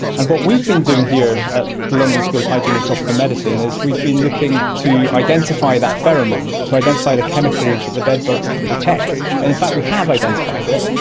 and what we've been doing here at the london school of hygiene and tropical medicine is we've been looking to identify that pheromone, to identify the chemicals that the bedbugs can detect, and in fact we have identified it.